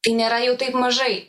tai nėra jau taip mažai